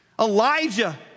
Elijah